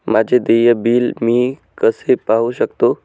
माझे देय बिल मी कसे पाहू शकतो?